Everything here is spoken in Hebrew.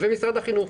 ומשרד החינוך.